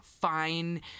fine